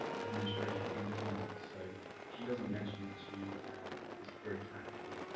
administration in connaught. so she doesn't mention that. she is very tactful.